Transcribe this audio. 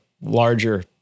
larger